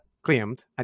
Claimed